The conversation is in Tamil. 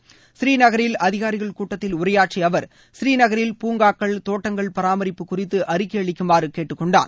பூநீநகரில் அதிகாரிகள் கூட்டத்தில் உரையாற்றிய அவர் பூநீநகரில் பூங்காக்கள் தோட்டங்கள் பராமரிப்பு குறித்து அறிக்கை அளிக்குமாறு கேட்டுக்கொண்டார்